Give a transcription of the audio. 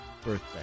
birthday